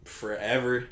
forever